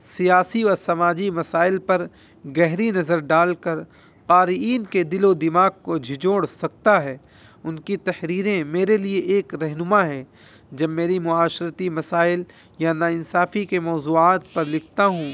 سیاسی و سماجی مسائل پر گہری نظر ڈال کر قارئین کے دل و دماغ کو جھجھوڑ سکتا ہے ان کی تحریریں میرے لیے ایک رہنما ہیں جب میری معاشرتی مسائل یا ناانصافی کے موضوعات پر لکھتا ہوں